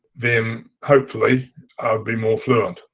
then hopefully, i'll be more fluent.